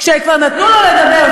כשנתנו לו לדבר.